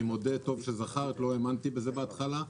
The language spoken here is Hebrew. טוב שזכרת, אני לא האמנתי בזה בהתחלה.